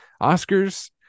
Oscars